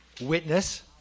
witness